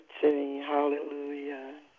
hallelujah